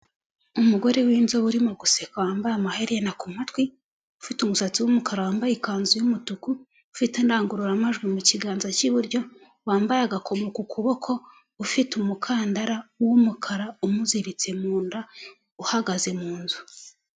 Umugore w'inzobe urimo guseka wambaye amaherena ku matwi, ufite umusatsi w'umukara, wambaye ikanzu y'umutuku, ufite indangururamajwi mu kiganza cy'iburyo, wambaye agakomo ku kuboko, ufite umukandara w'umukara umuziritse mu nda, uhagaze mu nzu.